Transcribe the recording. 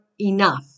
enough